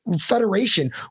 Federation